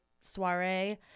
soiree